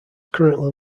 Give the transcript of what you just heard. currently